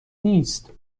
نیست